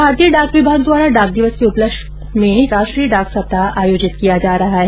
भारतीय डाक विभाग द्वारा डाक दिवस के उपलक्ष्य में राष्ट्रीय डाक सप्ताह आयोजित किया जा रहा है